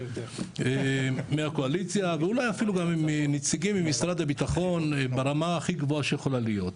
ואין אפילו גם נציגים ממשרד הביטחון ברמה הכי גבוהה שיכולה להיות.